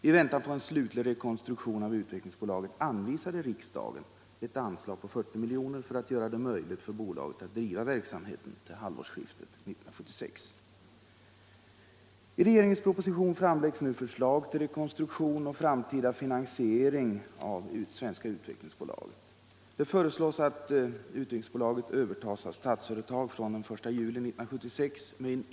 I väntan på en slutlig rekonstruktion av Utvecklingsaktiebolaget anvisade riksdagen ett anslag på 40 miljoner för att göra det möjligt för bolaget att driva verksamheten till halvårsskiftet 1976.